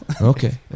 Okay